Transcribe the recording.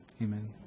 Amen